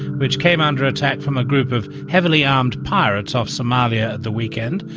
which came under attack from a group of heavily armed pirates off somalia at the weekend.